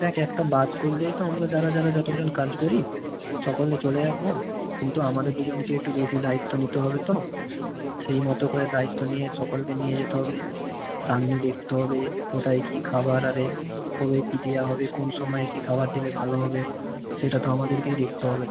দেখ একটা বাস করলেই তো আমরা যারা যারা যতজন কাজ করি সকলে চলে যাব কিন্তু আমাদের দুজনকে একটু বেশি দায়িত্ব নিতে হবে তো সেই মতো করে দায়িত্ব নিয়ে সকলকে নিয়ে যেতে হবে রাঁধুনি দেখতে হবে কোথায় কী খাবার আরে কবে কী দেওয়া হবে কোন সময়ে কী খাবার দিলে ভালো হবে সেটা তো আমাদেরকেই দেখতে হবে